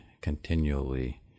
continually